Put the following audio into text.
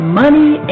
money